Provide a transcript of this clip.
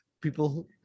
people